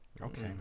Okay